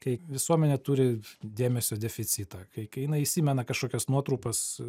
kai visuomenė turi dėmesio deficitą kai kai jina įsimena kažkokias nuotrupas